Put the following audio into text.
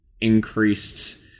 increased